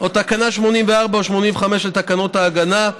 או תקנה 84 או 85 לתקנות ההגנה,